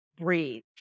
Breathe